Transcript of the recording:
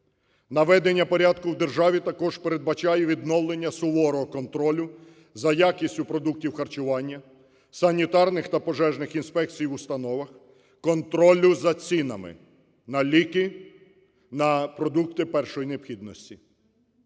Наведення порядку в державі також передбачає відновлення суворого контролю за якістю продуктів харчування, санітарних та пожежних інспекцій в установах, контролю за цінами на ліки, на продукти першої необхідності.